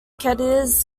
cadiz